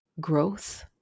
growth